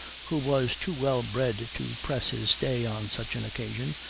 who was too well bred to press his stay on such an occasion,